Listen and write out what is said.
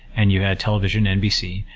and you had television, nbc,